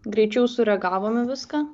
greičiau sureagavom į viską